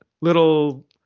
little